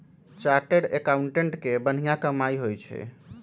chartered accountant के बनिहा कमाई होई छई